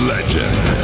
Legend